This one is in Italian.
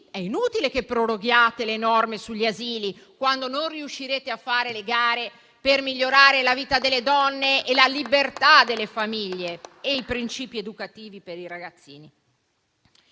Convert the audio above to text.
è inutile che proroghiate le norme sugli asili, quando non riuscirete a fare le gare per migliorare la vita delle donne, la libertà delle famiglie e i principi educativi per i ragazzini.